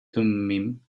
thummim